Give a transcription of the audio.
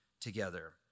together